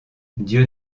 dieu